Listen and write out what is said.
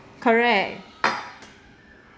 correct